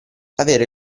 avere